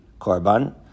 korban